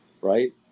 right